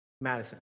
Madison